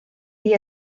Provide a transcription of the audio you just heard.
die